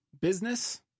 business